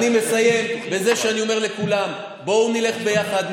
אני מסיים בזה שאני אומר לכולם: בואו נלך ביחד,